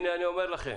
אני אומר לכם: